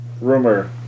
rumor